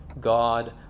God